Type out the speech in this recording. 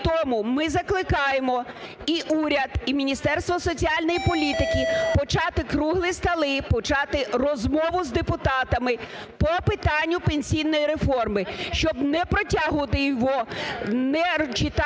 тому ми закликаємо і уряд, і Міністерство соціальної політики почати круглі столи, почати розмову з депутатами по питанню пенсійної реформи, щоб не "протягувати" його, не читаючи,